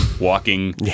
walking